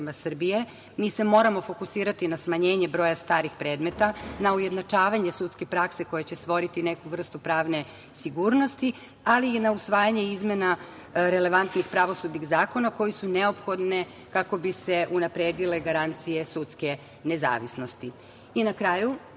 mi se moramo fokusirati na smanjenje broja starih predmeta, na ujednačavanje sudske prakse koja će stvoriti neku vrstu pravne sigurnosti, ali i na usvajanje izmena relevantnih pravosudnih zakona koji su neophodni kako bi se unapredile garancije sudske nezavisnosti. Na